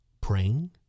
Praying